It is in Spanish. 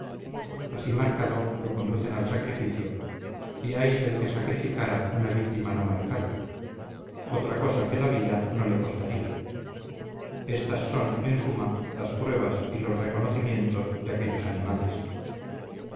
así marcado lo conducen al sacrificio y ay del que sacrificara una víctima no marcada otra cosa que la vida no la costaría estas son en suma las pruebas y los reconocimientos de aquellos animales